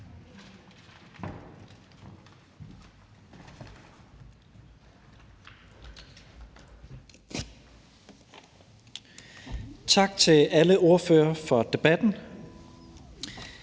Tak til alle ordførere for debatten.